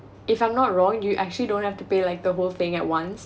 if I'm not wrong you actually don't have to pay like the whole thing at once